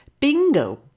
Bingo